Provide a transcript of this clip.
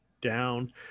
down